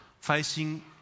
facing